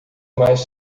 mais